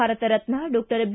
Bharat Ratna doctor B